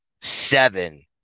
seven